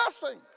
blessing